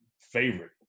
favorite